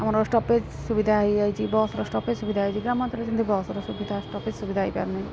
ଆମର ଷ୍ଟପେଜ୍ ସୁବିଧା ହେଇଯାଇଛି ବସ୍ର ଷ୍ଟପେଜ୍ ସୁବିଧା ହେଇଛି ଗ୍ରାମାଞ୍ଚଳରେ ଯେମିତି ବସ୍ର ସୁବିଧା ଷ୍ଟପେଜ୍ ସୁବିଧା ହେଇପାରୁନାହିଁ